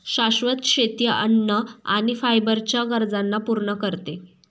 शाश्वत शेती अन्न आणि फायबर च्या गरजांना पूर्ण करते